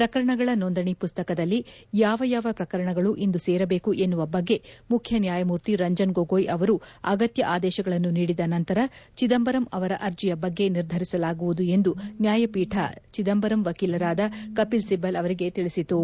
ಪ್ರಕರಣಗಳ ನೊಂದಣಿ ಪುಸ್ತಕದಲ್ಲಿ ಯಾವ ಯಾವ ಪ್ರಕರಣಗಳು ಇಂದು ಸೇರಬೇಕು ಎನ್ನುವ ಬಗ್ಗೆ ಮುಖ್ಯನ್ಯಾಯಮೂರ್ತಿ ರಂಜನ್ ಗೊಗೊಯ್ ಅವರು ಅಗತ್ಯ ಆದೇಶಗಳನ್ನು ನೀಡಿದ ನಂತರ ಚಿದಂಬರಂ ಅವರ ಅರ್ಜಿಯ ಬಗ್ಗೆ ನಿರ್ದರಿಸಲಾಗುವುದು ಎಂದು ನ್ಯಾಯಪೀಠ ಚಿದಂಬರಂ ವಕೀಲರಾದ ಕಪಿಲ್ಸಿಬಲ್ ಅವರಿಗೆ ತಿಳಿಸಿತು